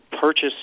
purchase